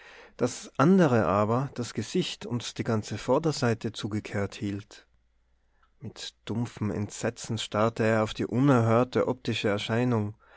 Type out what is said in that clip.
das andere aber das gesicht und die ganze vorderseite zugekehrt hielt mit dumpfem entsetzen starrte er auf die unerhörte optische erscheinung